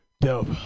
Dope